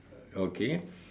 okay